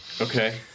Okay